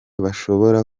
bashobora